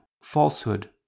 falsehood